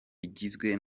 igizwe